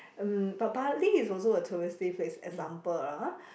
mm but Bali is also a touristy place example ah